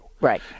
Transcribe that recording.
Right